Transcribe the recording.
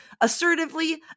assertively